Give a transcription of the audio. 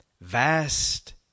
vast